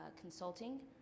consulting